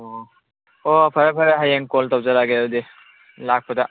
ꯑꯣ ꯑꯣ ꯐꯔꯦ ꯐꯔꯦ ꯍꯌꯦꯡ ꯀꯣꯜ ꯇꯧꯖꯔꯛꯑꯒꯦ ꯑꯗꯨꯗꯤ ꯂꯥꯛꯄꯗ